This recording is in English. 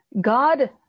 God